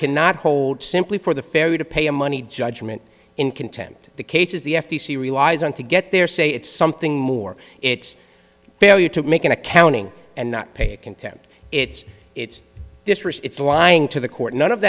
cannot hold simply for the ferry to pay a money judgment in contempt the cases the f t c relies on to get their say it's something more it's failure to make an accounting and not pay a contempt it's it's distress it's lying to the court none of